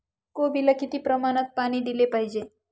कोबीला किती प्रमाणात पाणी दिले पाहिजे?